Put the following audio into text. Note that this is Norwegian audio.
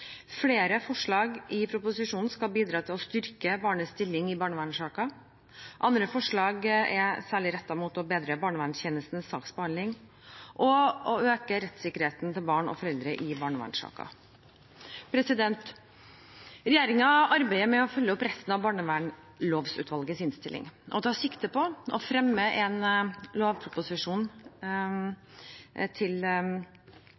Flere forslag i proposisjonen skal bidra til å styrke barnets stilling i barnevernssaker. Andre forslag er særlig rettet mot å bedre barnevernstjenestens saksbehandling og å øke rettssikkerheten til barn og foreldre i barnevernssaker. Regjeringen arbeider med å følge opp resten av barnevernslovutvalgets innstilling, og tar sikte på å fremme en lovproposisjon